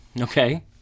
Okay